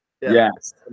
yes